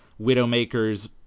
Widowmaker's